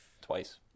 twice